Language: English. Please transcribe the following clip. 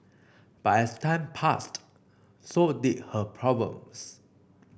but as time passed so did her problems